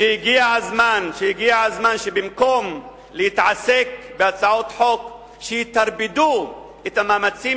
שהגיע הזמן שבמקום להתעסק בהצעות חוק שיטרפדו את המאמצים